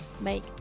make